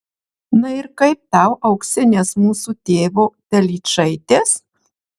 na ir kaip tau auksinės mūsų tėvo telyčaitės